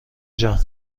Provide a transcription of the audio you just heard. جان